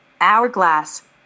Hourglass